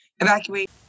evacuate